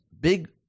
big